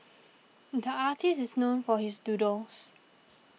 the artist is known for his doodles